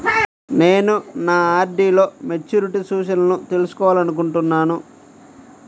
నేను నా ఆర్.డీ లో మెచ్యూరిటీ సూచనలను తెలుసుకోవాలనుకుంటున్నాను